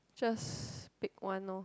just pick one loh